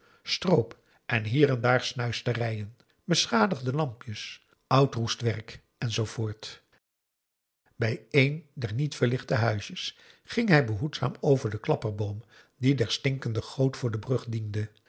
stroop en hier en daar snuisterijen beschadigde lampjes oudroest werk en zoo voort bij een der niet verlichte huisjes ging hij behoedzaam over den klapperboom die der stinkende goot voor brug diende